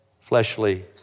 fleshly